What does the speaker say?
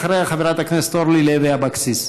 אחריה, חברת הכנסת אורלי לוי אבקסיס.